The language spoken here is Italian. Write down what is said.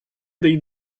dei